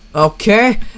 Okay